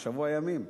שבוע ימים?